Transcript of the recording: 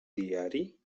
diari